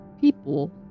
people